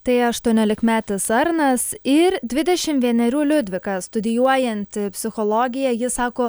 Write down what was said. tai aštuoniolikmetis arnas ir dvidešim vienerių liudvika studijuojanti psichologiją ji sako